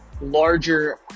larger